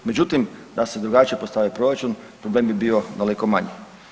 Međutim, da se drugačije postavio proračun problem bi bio daleko manji.